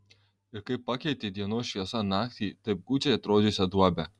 ir kaip pakeitė dienos šviesa naktį taip gūdžiai atrodžiusią duobę